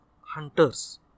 hunters